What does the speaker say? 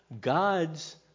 God's